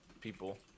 people